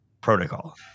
protocol